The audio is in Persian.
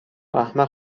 احمق